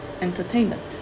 entertainment